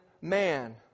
man